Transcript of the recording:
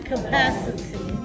Capacity